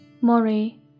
Mori